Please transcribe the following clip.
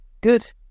good